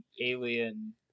alien